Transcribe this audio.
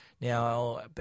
Now